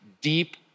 deep